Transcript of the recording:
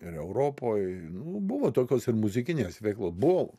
ir europoj buvo tokios ir muzikinės veiklo buvo